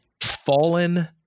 fallen